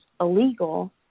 illegal